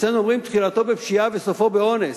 אצלנו אומרים: "תחילתו בפשיעה וסופו באונס".